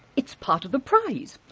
it's part of the prize.